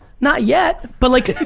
not yet but like,